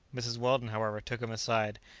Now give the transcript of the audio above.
mrs. weldon, however, took him aside,